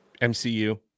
MCU